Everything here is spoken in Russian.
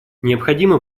необходимо